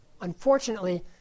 unfortunately